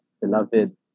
beloved